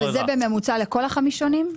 זה בממוצע לכל החמישונים?